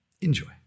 Enjoy